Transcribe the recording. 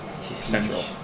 Central